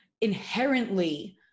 inherently